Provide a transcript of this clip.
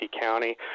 County